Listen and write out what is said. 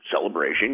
celebration